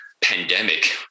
pandemic